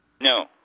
No